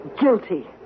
Guilty